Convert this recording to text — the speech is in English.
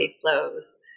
flows